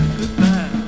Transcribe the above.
goodbye